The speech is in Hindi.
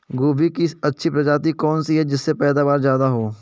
गोभी की अच्छी प्रजाति कौन सी है जिससे पैदावार ज्यादा हो?